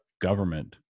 government